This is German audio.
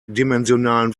dimensionalen